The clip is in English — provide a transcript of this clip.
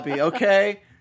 Okay